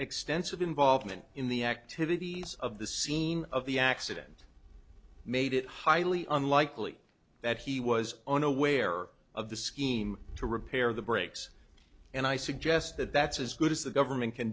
extensive involvement in the activities of the scene of the accident made it highly unlikely that he was unaware of the scheme to repair the breaks and i suggest that that's as good as the government can